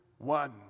One